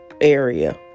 area